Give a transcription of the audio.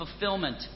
fulfillment